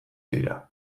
dira